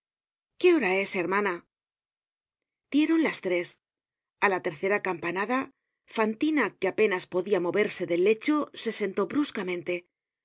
qué hora es hermana dieron las tres a la tercera campanada fantina que apenas podia moverse en el lecho se sentó bruscamente